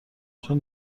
چون